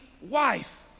wife